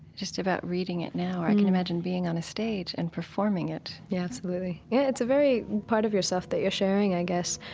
just about reading it now, i can imagine being on a stage and performing it yeah. absolutely. yes, yeah it's a very part of yourself that you're sharing, i guess.